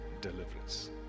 deliverance